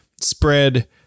spread